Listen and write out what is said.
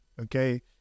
okay